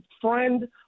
friend